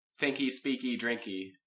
thinky-speaky-drinky